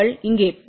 எனவே S11 20 D